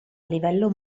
livello